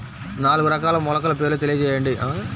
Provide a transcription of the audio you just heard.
నాలుగు రకాల మొలకల పేర్లు తెలియజేయండి?